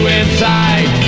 inside